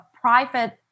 private